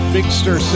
Bigster